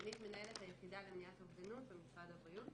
סגנית מנהלת היחידה למניעת אובדנות במשרד הבריאות.